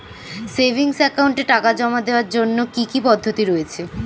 Savings একাউন্টে টাকা জমা দেওয়ার জন্য কি কি পদ্ধতি রয়েছে?